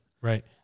Right